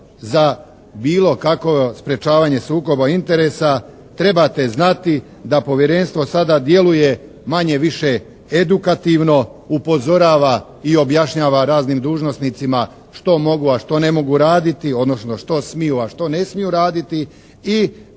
za bilo kakovo sprečavanje sukoba interesa. Trebate znati da Povjerenstvo sada djeluje manje-više edukativno, upozorava i objašnjava raznim dužnosnicima što mogu a što ne mogu raditi odnosno što smiju, a što ne smiju raditi.